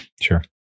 Sure